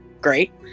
Great